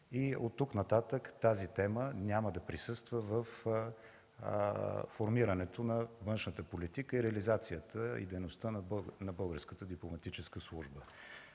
и оттук нататък тази тема няма да присъства във формирането на външната политика, реализацията и дейността на